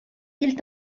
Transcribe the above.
gilt